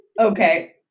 okay